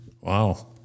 Wow